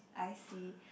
I see